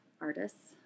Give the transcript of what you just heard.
artists